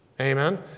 Amen